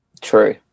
True